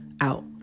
out